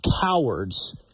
cowards